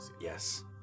Yes